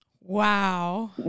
Wow